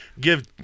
Give